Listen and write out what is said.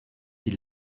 die